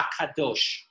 HaKadosh